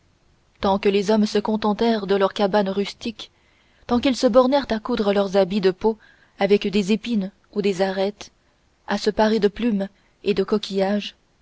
tant que les hommes se contentèrent de leurs cabanes rustiques tant qu'ils se bornèrent à coudre leurs habits de peaux avec des épines ou des arêtes à se parer de plumes et de coquillages